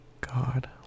God